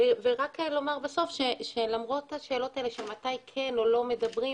למרות השאלות האלה של מתי כן או לא מדברים,